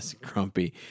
grumpy